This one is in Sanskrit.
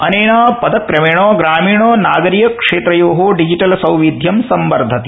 अनेन पदक्रमेण ग्रामीण नागरीयक्षेत्रयो डिजिटल सौविध्यं संवर्धति